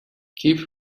kip